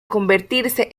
convertirse